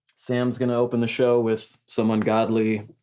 sam's gonna open the show with some ungodly.